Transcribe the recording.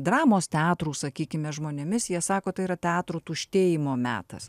dramos teatrų sakykime žmonėmis jie sako tai yra teatrų tuštėjimo metas